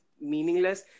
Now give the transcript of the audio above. meaningless